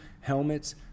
helmets